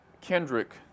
Kendrick